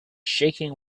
shaking